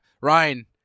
ryan